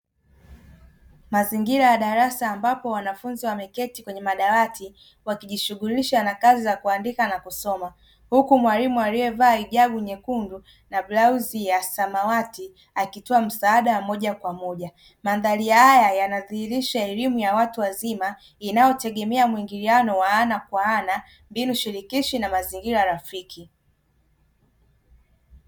Mazingira ya darasa ambapo wanafunzi wameketi kwenye madawati wakijishughilisha na kazi za kuandika na kusoma, huku mwalimu alievaa hijabu nyekundu na blauzi ya samawati akitoa msaada wa moja kwa moja. Mandhari haya yanadhihirisha elimu ya watu wazima inayotegemea muingiliano wa ana kwa ana, mbinu shirikishi na mazingira rafiki.